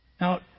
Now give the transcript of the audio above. Now